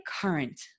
current